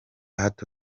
hato